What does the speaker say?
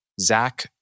Zach